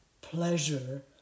pleasure